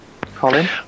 Colin